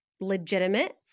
legitimate